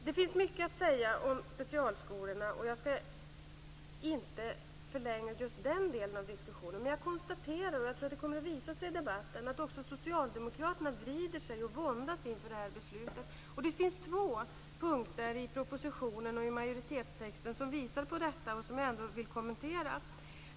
Det finns mycket att säga om specialskolorna men jag ska inte förlänga diskussionen i just den delen. Jag konstaterar dock, och jag tror att detta kommer att visa sig i debatten, att också socialdemokraterna vrider sig och våndas inför det här beslutet. Det finns två punkter i propositionen och i majoritetstexten som visar på detta och som jag vill kommentera.